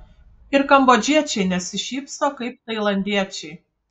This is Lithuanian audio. ir kambodžiečiai nesišypso kaip tailandiečiai